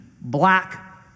black